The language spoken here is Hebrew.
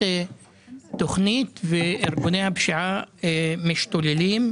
תכנית וארגוני הפשיעה משתוללים.